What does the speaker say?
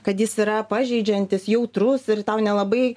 kad jis yra pažeidžiantis jautrus ir tau nelabai